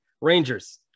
Rangers